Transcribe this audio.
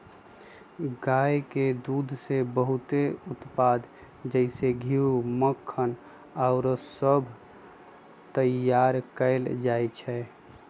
गाय के दूध से बहुते उत्पाद जइसे घीउ, मक्खन आउरो सभ तइयार कएल जाइ छइ